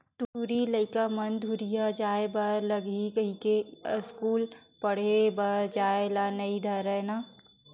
टूरी लइका मन दूरिहा जाय बर लगही कहिके अस्कूल पड़हे बर जाय ल नई धरय ना